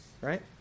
right